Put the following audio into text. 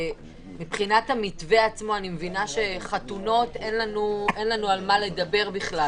מבחינת המתווה עצמו אני מבינה שאין לנו על מה לדבר בכלל